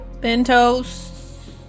Bento's